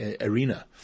arena